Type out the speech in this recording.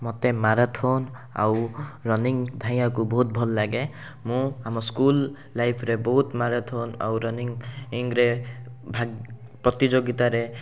ମୋତେ ମାରାଥନ୍ ଆଉ ରନିଙ୍ଗ୍ ଧାଇଁବାକୁ ବହୁତ ଭଲଲାଗେ ମୁଁ ଆମ ସ୍କୁଲ୍ ଲାଇଫ୍ରେ ବହୁତ ମାରାଥନ୍ ଆଉ ରନିଙ୍ଗ୍ରେ ପ୍ରତିଯୋଗିତାରେ